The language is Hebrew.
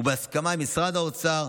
ובהסכמה עם משרד האוצר,